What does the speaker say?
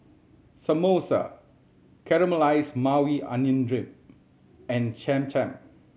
Samosa Caramelized Maui Onion Dip and Cham Cham